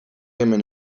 hemen